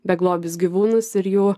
beglobius gyvūnus ir jų